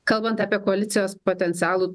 kalbant apie koalicijos potencialų